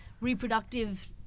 reproductive